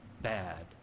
bad